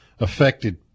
affected